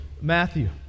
Matthew